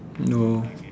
oh